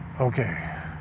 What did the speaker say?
okay